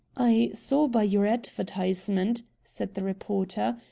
i saw by your advertisement, said the reporter,